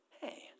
hey